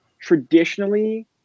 traditionally